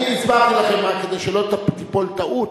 אני הסברתי לכם רק כדי שלא תיפול טעות.